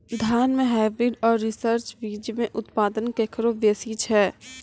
धान के हाईब्रीड और रिसर्च बीज मे उत्पादन केकरो बेसी छै?